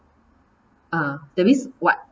ah that means what